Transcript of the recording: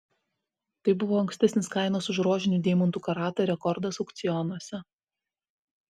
tai buvo ankstesnis kainos už rožinių deimantų karatą rekordas aukcionuose